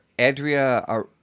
Adria